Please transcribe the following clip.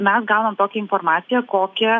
mes gaunam tokią informaciją kokią